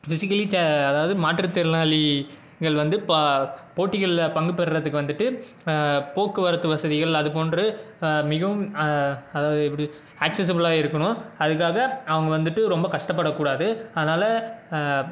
physically ச அதாவது மாற்றுத்திறனாளிகள் வந்து பா போட்டிகளில் பங்கு பெறுறத்துக்கு வந்துவிட்டு போக்குவரத்து வசதிகள் அதுப்போன்று மிகவும் அதாவது எப்படி ஆக்சஸபுலாக இருக்கணும் அதுக்காக அவங்க வந்துவிட்டு ரொம்ப கஷ்டப்படக்கூடாது அதனால்